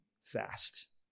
fast